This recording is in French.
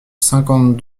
cinquante